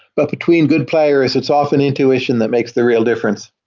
but between good player is it's often intuition that makes the real difference.